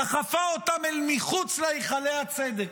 דחפה אותם אל מחוץ להיכלי הצדק,